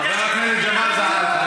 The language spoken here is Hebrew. חבר הכנסת ג'מאל זחאלקה,